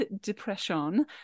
depression